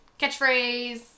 Catchphrase